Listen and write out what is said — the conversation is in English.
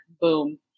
boom